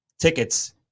tickets